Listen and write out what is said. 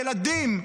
וילדים,